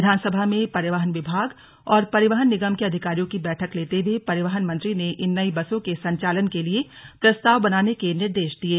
विधानसभा में परिवहन विभाग और परिवहन निगम के अधिकारियों की बैठक लेते हुए परिवहन मंत्री ने इन नई बसों के संचालन के लिए प्रस्ताव बनाने के निर्देश दिये